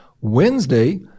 Wednesday